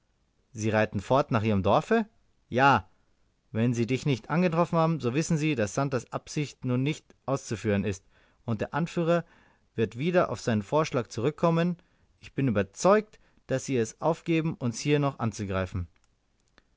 sie reiten fort nach ihrem dorfe ja wenn sie dich nicht angetroffen haben so wissen sie daß santers absicht nun nicht auszuführen ist und der anführer wird wieder auf seinen vorschlag zurückkommen ich bin überzeugt daß sie es aufgeben uns hier noch anzugreifen